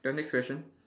then next question